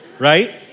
right